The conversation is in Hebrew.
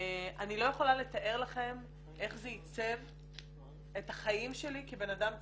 אני לא יכולה לתאר לכם איך זה עיצב את החיים שלי כבנאדם ציבורי.